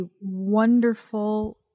wonderful